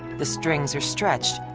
the strings are stretched.